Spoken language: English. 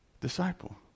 disciple